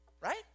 Right